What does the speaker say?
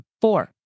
Four